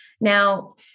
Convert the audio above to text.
Now